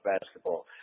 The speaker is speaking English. basketball